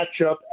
matchup